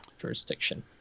jurisdiction